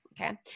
okay